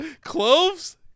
cloves